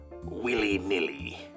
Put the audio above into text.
willy-nilly